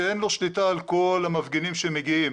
שאין לו שליטה על כל המפגינים שמגיעים,